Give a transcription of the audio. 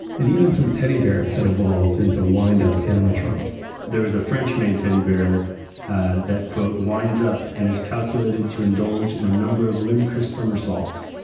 and even some teddy bears had evolved into windup animations there was french-made teddy bear that quote winds up and is calculated to indulge in a number of ludcrious somersaults.